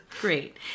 Great